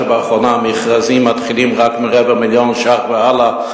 ולאחרונה המכרזים מתחילים מרבע מיליון שקלים ומעלה,